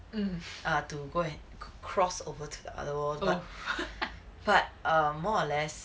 to go and cross over to the other world but um more or less